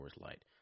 Light